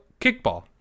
kickball